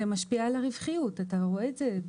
זה משפיע על הרווחיות אתה רואה את זה,